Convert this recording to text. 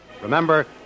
Remember